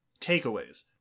takeaways